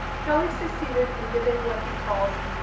kelly succeeded in giving what he calls,